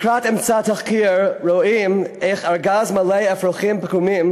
לקראת אמצע התחקיר רואים איך ארגז מלא אפרוחים פגומים